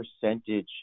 percentage